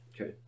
Okay